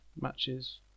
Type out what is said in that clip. matches